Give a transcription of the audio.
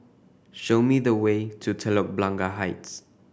show me the way to Telok Blangah Heights